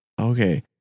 Okay